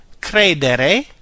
Credere